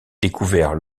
découvert